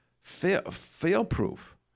fail-proof